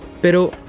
pero